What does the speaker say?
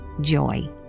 joy